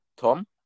Tom